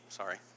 sorry